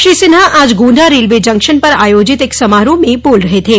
श्री सिन्हा आज Gonda railway junction पर आयोजित एक समारोह में बोल रहे थे